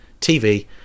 TV